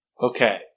Okay